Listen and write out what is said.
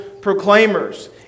proclaimers